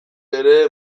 ere